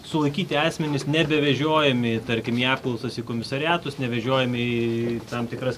sulaikyti asmenys nebevežiojami tarkim į apklausas į komisariatus nevežiojami į tam tikras